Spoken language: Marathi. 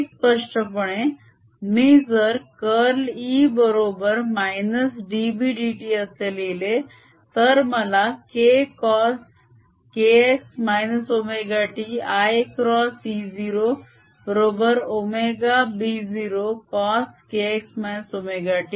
अधिक स्पष्टपणे मी जर कर्ल E बरोबर -dB dt असे लिहिले तर मला k cos kx ωt i cross E0 बरोबर ωB0 cos kx ωt